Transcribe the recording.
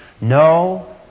no